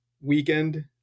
weekend